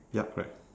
yup correct